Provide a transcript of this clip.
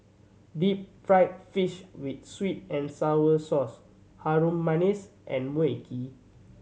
deep fried fish with sweet and sour sauce Harum Manis and Mui Kee